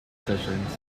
sessions